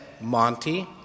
Monty